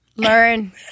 Learn